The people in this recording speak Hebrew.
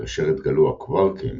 כאשר התגלו הקווארקים